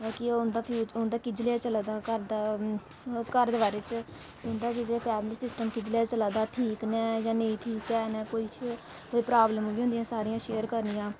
केह् उं'दा फ्यू उं'दा किज्ज जेहा चला दा घर दा घर दे बारे च उंदा फैमिली सिस्टम किज्ज जेहा चला दा ठीक न जां नेईं ठीक ऐ कोई कुछ कोई प्रॉब्लम बी होंदियां सारियां शेयर करनियां